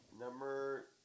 Number